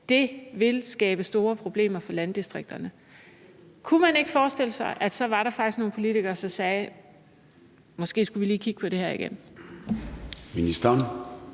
vil skabe store problemer for landdistrikterne? Kunne man ikke forestille sig, at der så faktisk var nogle politikere, som sagde: Måske skulle vi lige kigge på det her igen?